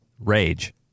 Rage